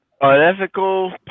Unethical